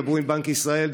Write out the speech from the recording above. דברו עם בנק ישראל,